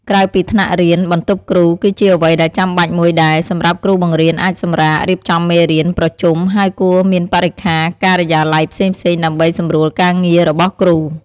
ក្រៅពីថ្នាក់រៀន បន្ទប់គ្រូ គឺជាអ្វីដែលចាំបាច់មួយដែរ សម្រាប់គ្រូបង្រៀនអាចសម្រាក រៀបចំមេរៀន ប្រជុំ ហើយគួរមានបរិក្ខារការិយាល័យផ្សេងៗដើម្បីសំរួលការងាររបស់គ្រូ។